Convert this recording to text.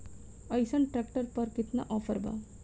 अइसन ट्रैक्टर पर केतना ऑफर बा?